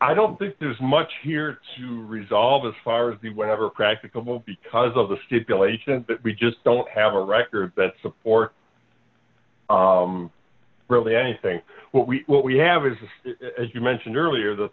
i don't think there's much here to resolve as far as the whatever practicable because of the stipulation that we just don't have a record that support really anything what we what we have is as you mentioned earlier the